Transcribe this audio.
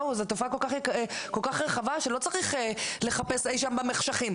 זאת תופעה כל כך רחבה שלא צריך לחפש אי שם במחשכים.